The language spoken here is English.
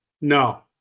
No